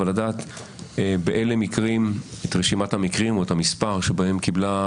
אבל לדעת את רשימת המקרים או את המספר שבהם קיבלו